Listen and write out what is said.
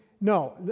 No